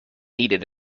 needed